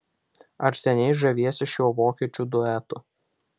ar seniai žaviesi šiuo vokiečių duetu